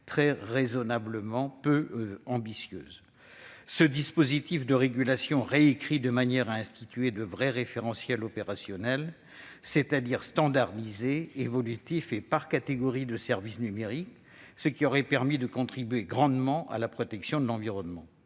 très raisonnablement peu ambitieuse. Ce dispositif de régulation, réécrit de manière à instituer de vrais référentiels opérationnels, c'est-à-dire standardisés, évolutifs et par catégorie de services numériques, aurait permis de contribuer grandement à la protection de l'environnement.